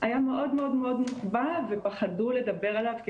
היה מאוד מאוד מוחבא ופחדו לדבר עליו כי